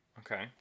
Okay